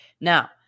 Now